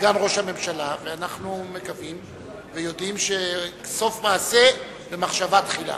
סגן ראש הממשלה ואנחנו מקווים ויודעים שסוף מעשה במחשבה תחילה.